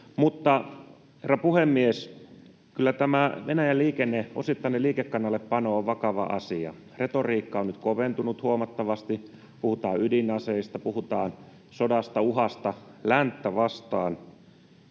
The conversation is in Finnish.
Herra puhemies! Kyllä tämä Venäjän osittainen liikekannallepano on vakava asia. Retoriikka on nyt koventunut huomattavasti, puhutaan ydinaseista, puhutaan sodasta, uhasta länttä vastaan,